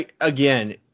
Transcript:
again